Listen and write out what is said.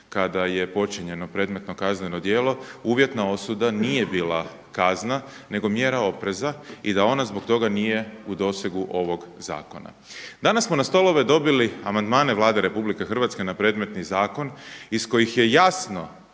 kada je počinjeno predmetno kazneno djelo uvjetna osuda nije bila kazna, nego mjera opreza i da ona zbog toga nije u dosegu ovog zakona. Danas smo na stolove dobili amandmane Vlade Republike Hrvatske na predmetni zakon iz kojih je jasno,